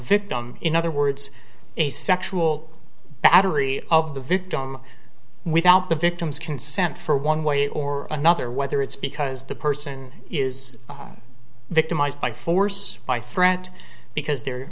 victim in other words a sexual battery of the victim without the victim's consent for one way or another whether it's because the person is victimized by force by threat because they're